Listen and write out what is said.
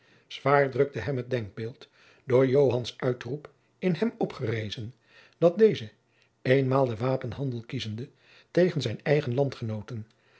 zwaar drukte hem het denkbeeld door joans uitroep in hem opgerezen dat deze eenmaal den wapenhandel kiezende tegen zijne eigen landgenooten